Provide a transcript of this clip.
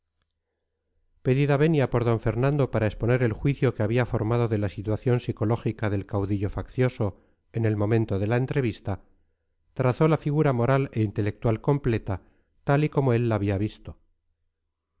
pedida venia por d fernando para exponer el juicio que había formado de la situación psicológica del caudillo faccioso en el momento de la entrevista trazó la figura moral e intelectual completa tal y como él la había visto